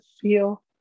feel